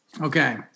Okay